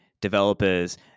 developers